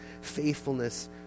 faithfulness